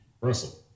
Russell